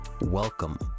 welcome